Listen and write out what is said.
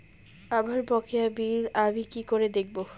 আমার বকেয়া বিল আমি কি করে দেখব?